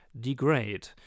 degrade